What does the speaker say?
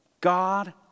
God